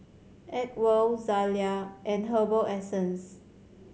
Acwell Zalia and Herbal Essences